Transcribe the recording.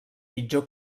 pitjor